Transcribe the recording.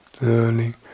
Learning